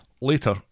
Later